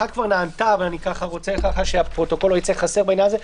אחת כבר נענתה אבל אני רוצה שהפרוטוקול לא ייצא חסר בעניין הזה.